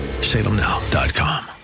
salemnow.com